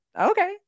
okay